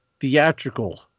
theatrical